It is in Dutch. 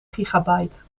gigabyte